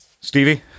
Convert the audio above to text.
Stevie